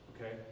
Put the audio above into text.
Okay